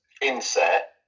inset